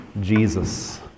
jesus